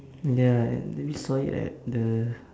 ya lah and then we saw it at the